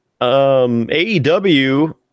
AEW